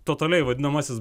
totaliai vadinamasis